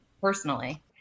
personally